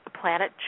planet